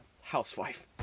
housewife